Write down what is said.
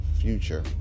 future